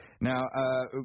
Now